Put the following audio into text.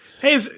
Hey